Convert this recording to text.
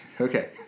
Okay